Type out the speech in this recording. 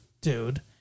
dude